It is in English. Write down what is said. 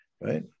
right